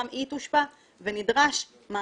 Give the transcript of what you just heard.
גם היא תושפע ונדרשת מערכת,